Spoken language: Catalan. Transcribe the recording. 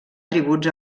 tributs